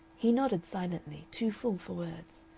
he nodded silently, too full for words.